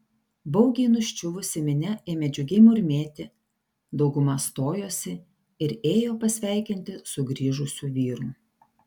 baugiai nuščiuvusi minia ėmė džiugiai murmėti dauguma stojosi ir ėjo pasveikinti sugrįžusių vyrų